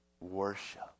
worship